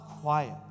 quiet